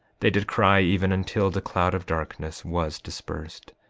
they did cry even until the cloud of darkness was dispersed.